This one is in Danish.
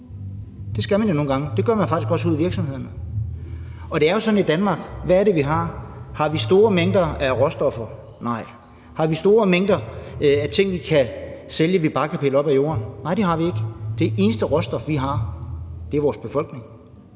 Det skal man jo nogle gange, og det gør man faktisk også ude i virksomhederne. Og hvad er det, vi har i Danmark? Har vi store mængder af råstoffer? Nej. Har vi store mængder af ting, vi kan sælge, og som vi bare kan hive op af jorden? Nej, det har vi ikke. Det eneste råstof, vi har, er vores befolkning,